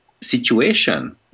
situation